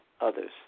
others